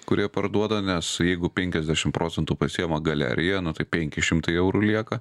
kurie parduoda nes jeigu penkiasdešim procentų pasiėma galerija nu tai penki šimtai eurų lieka